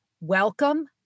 welcome